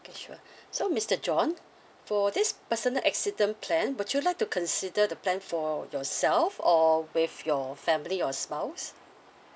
okay sure so mister john for this personal accident plan would you like to consider the plan for yourself or with your family or spouse